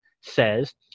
says